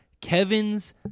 Kevin's